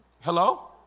Hello